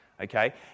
okay